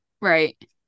Right